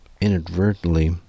inadvertently